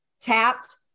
tapped